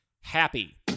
happy